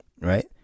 right